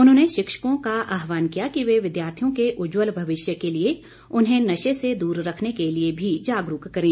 उन्होंने शिक्षकों का आहवान किया कि वे विद्यार्थियों के उज्जवल भविष्य के लिए उन्हें नशे से दूर रखने के लिए भी जागरूक करें